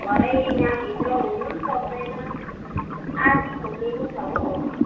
भरै यहाँभित्र हुनु पनि सक्दैन आदि खोलिएको छ हो